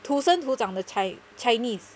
土生土长的 chi~ chinese